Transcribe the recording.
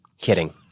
Kidding